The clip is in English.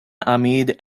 ahmed